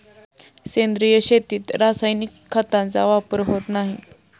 सेंद्रिय शेतीत रासायनिक खतांचा वापर होत नाही